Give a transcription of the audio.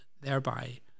thereby